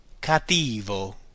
Cattivo